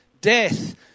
death